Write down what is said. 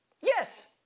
Yes